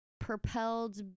propelled